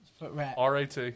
rat